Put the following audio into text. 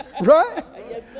Right